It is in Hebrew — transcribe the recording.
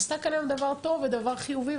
עשתה כאן היום דבר טוב ודבר חיובי.